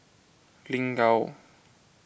Lin Gao